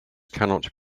cannot